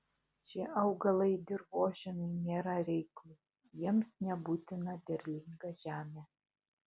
šie augalai dirvožemiui nėra reiklūs jiems nebūtina derlinga žemė